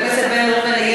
חבר הכנסת בן ראובן,